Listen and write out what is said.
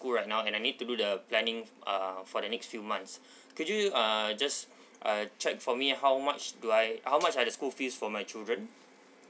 school right now that I need to do the planning uh for the next few months could you uh just uh check for me how much do I how much are the school fees for my children